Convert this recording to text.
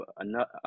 enough